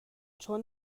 چون